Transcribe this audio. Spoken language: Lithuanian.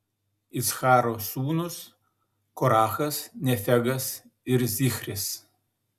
iccharo sūnūs korachas nefegas ir zichris